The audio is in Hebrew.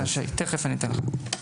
שי, תכף אתן לך.